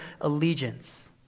allegiance